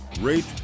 rate